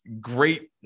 great